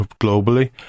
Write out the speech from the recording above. globally